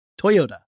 Toyota